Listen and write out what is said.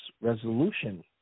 Resolution